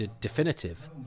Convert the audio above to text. definitive